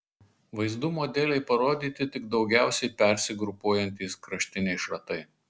vaizdumo dėlei parodyti tik daugiausiai persigrupuojantys kraštiniai šratai